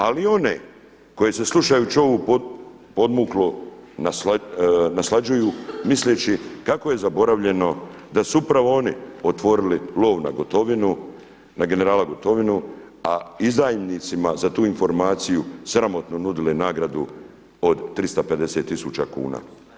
Ali i one koji se slušajući ovo podmuklo naslađuju misleći kako je zaboravljeno da su upravo oni otvorili lov na Gotovinu, na generala Gotovinu a izdajnicima za tu informaciju sramotno nudili nagradu od 350 tisuća kuna?